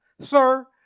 Sir